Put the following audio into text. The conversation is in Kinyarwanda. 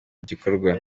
gikorwa